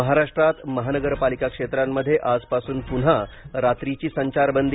महाराष्ट्रात महानगरपालिका क्षेत्रांमधे आजपासून पुन्हा रात्रीची संचारबंदी